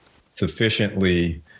sufficiently